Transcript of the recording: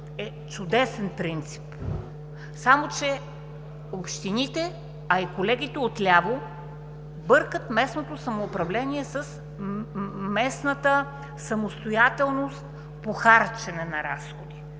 е чудесен принцип, само че общините, а и колегите отляво бъркат местното самоуправление с местната самостоятелност по харчене на разходи,